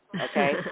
Okay